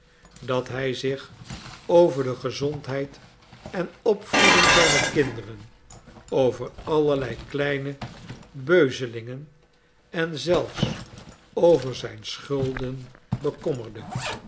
dat hij zich over de gezondheid en opvoeding zijner kinderen over allerlei kleine beuzelingen en zelfs over zijn schulden bekommerde